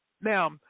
Now